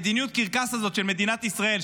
מדיניות הקרקס הזו של מדינת ישראל,